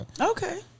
Okay